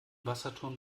wasserturm